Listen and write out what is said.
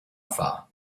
afa